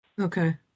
Okay